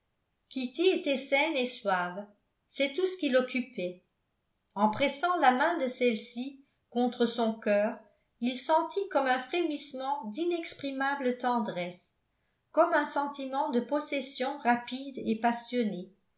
kitty était saine et suave c'est tout ce qui l'occupait en pressant la main de celle-ci contre son cœur il sentit comme un frémissement d'inexprimable tendresse comme un sentiment de possession rapide et passionné